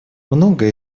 многое